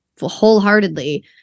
wholeheartedly